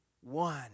one